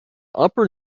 upper